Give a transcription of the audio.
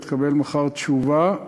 ותקבל מחר תשובה.